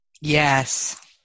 Yes